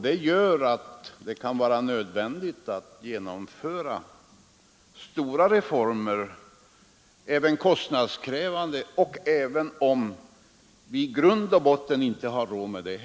Detta gör att det kan vara nödvändigt att genomföra stora reformer, även kostnadskrävande och fastän vi i grund och botten inte har råd med dem.